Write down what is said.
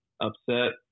upset